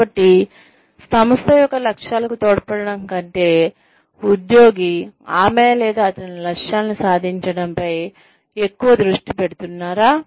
కాబట్టి సంస్థ యొక్క లక్ష్యాలకు తోడ్పడటం కంటే ఉద్యోగి ఆమె లేదా అతని లక్ష్యాలను సాధించడంపై ఎక్కువ దృష్టి పెడుతున్నారా